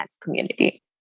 community